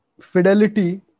fidelity